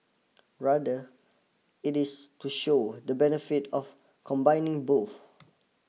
rather it is to show the benefit of combining both